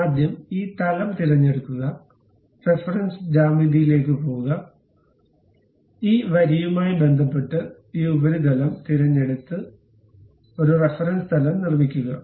ആദ്യം ഈ തലം തിരഞ്ഞെടുക്കുക റഫറൻസ് ജ്യാമിതിയിലേക്ക് പോകുക ഈ വരിയുമായി ബന്ധപ്പെട്ട് ഈ ഉപരിതലം തിരഞ്ഞെടുത്ത് ഒരു റഫറൻസ് തലം നിർമ്മിക്കുക